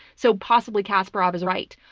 so possibly kasparov is right.